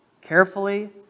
carefully